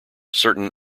certain